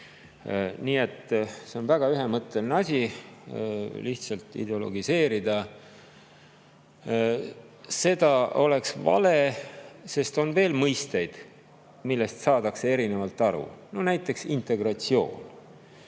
Nii et see on väga ühemõtteline asi. Lihtsalt, ideologiseerida seda oleks vale, sest on veel mõisteid, millest saadakse erinevalt aru, näiteks integratsioon.